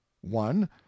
one